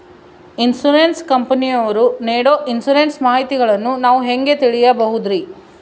Insurance ಕಂಪನಿಯವರು ನೇಡೊ insurance ಮಾಹಿತಿಗಳನ್ನು ನಾವು ಹೆಂಗ ತಿಳಿಬಹುದ್ರಿ?